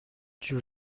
جور